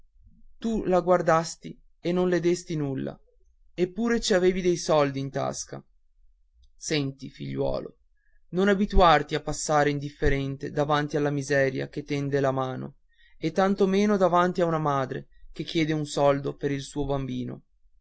tu la guardasti e non le desti nulla e pure ci avevi dei soldi in tasca senti figliuolo non abituarti a passare indifferente davanti alla miseria che tende la mano e tanto meno davanti a una madre che chiede un soldo per il suo bambino